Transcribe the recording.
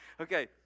Okay